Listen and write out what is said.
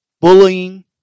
bullying